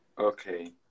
okay